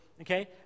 okay